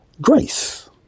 grace